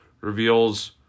reveals